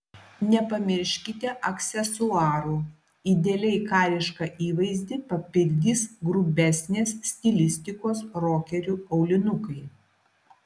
nepamirškite aksesuarų idealiai karišką įvaizdį papildys grubesnės stilistikos rokerių aulinukai